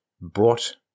brought